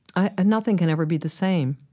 ah nothing can ever be the same.